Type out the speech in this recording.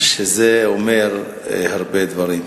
שזה אומר הרבה דברים.